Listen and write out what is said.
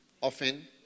often